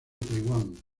taiwán